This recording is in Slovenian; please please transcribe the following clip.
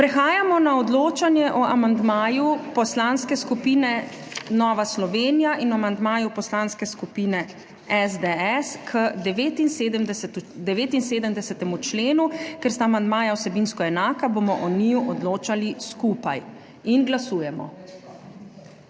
Prehajamo na odločanje o amandmaju Poslanske skupine Nova Slovenija in o amandmaju Poslanske skupine SDS k 79. členu. Ker sta amandmaja vsebinsko enaka, bomo o njiju odločali skupaj. Glasujemo.